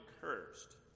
cursed